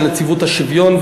של נציבות השוויון,